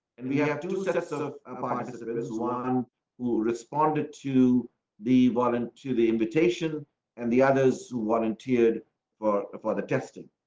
and we have to set a sort of ah a system. is juan who responded to the violent to the invitation and the others who want in tiered for for the testing?